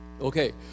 Okay